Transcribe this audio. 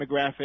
demographic